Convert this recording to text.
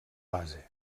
base